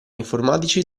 informatici